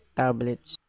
tablets